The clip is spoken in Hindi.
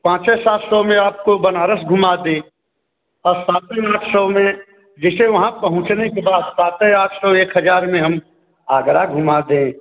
पाँचै सात सौ में आपको बनारस घुमा दें और सात आठ सौ में जैसे वहाँ पहुँचने के बाद सात आठ सौ एक हजार में हम आगरा घुमा दें